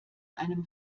einem